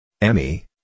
Emmy